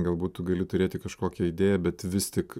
galbūt tu gali turėti kažkokią idėją bet vis tik